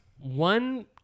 One